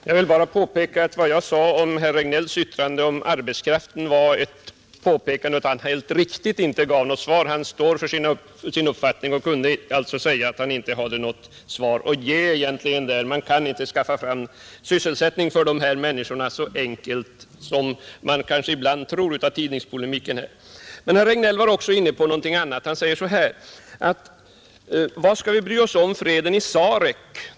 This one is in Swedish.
Herr talman! Vad jag sade beträffande herr Regnélls yttrande om arbetstillfällena var ett påpekande av att han helt riktigt inte gav något svar. Herr Regnéll står för sin uppfattning och medger att han inte har något svar att ge. Det går inte att skaffa fram sysselsättning för dessa människor så enkelt som man kanske ibland kan tro av tidningspolemiken. Herr Regnéll var också inne på något annat. Han undrade varför vi skall bry oss om freden i Sarek.